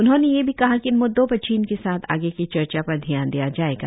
उन्होंने यह भी कहा कि इन मुद्दों पर चीन के साथ आगे की चर्चा पर ध्यान दिया जायेगा